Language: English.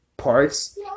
parts